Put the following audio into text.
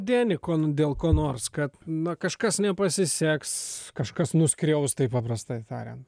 deni kon dėl ko nors kad na kažkas nepasiseks kažkas nuskriaus taip paprastai tariant